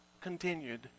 continued